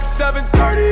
7.30